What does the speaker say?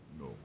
no